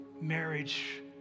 marriage